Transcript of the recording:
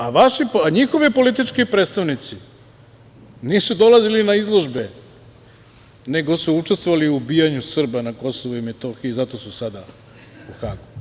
A njihovi politički predstavnici nisu dolazili na izložbe, nego su učestvovali u ubijanju Srba na Kosovu i Metohiji i zato su sada u Hagu.